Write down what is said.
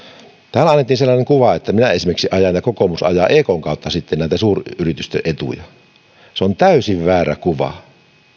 täällä annettiin sellainen kuva että minä esimerkiksi ajan ja kokoomus ajaa ekn kautta näitä suuryritysten etuja se on täysin väärä kuva